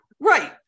right